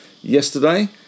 yesterday